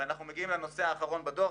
אנחנו מגיעים לנושא האחרון בדוח,